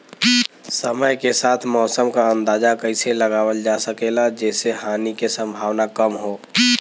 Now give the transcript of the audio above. समय के साथ मौसम क अंदाजा कइसे लगावल जा सकेला जेसे हानि के सम्भावना कम हो?